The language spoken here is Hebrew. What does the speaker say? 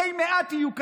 מתי מעט יהיו כאלה.